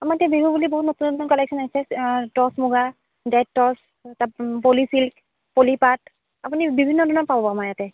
আমাৰ এতিয়া বিহু বুলি বহুত নতুন নতুন কালেকশ্যন আহিছে টছ মূগা ডেড টছ পলি ছিল্ক পলি পাট আপুনি বিভিন্ন ধৰণৰ পাব আমাৰ ইয়াতে